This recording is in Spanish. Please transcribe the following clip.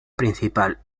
principal